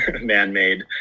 man-made